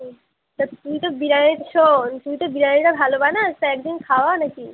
হুম তা তুই তো বিরিয়ানিটা শোন তুই তো বিরিয়ানিটা ভালো বানাস তা এক দিন খাওয়া নাকি